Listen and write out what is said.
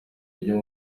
ryo